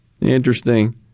Interesting